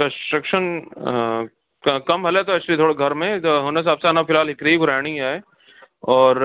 construction हा क कम हले थो एक्चुली थोरो घर में त उन हिसाब सां अञा फ़िलहाल हिकिड़ी घुराइणी आहे और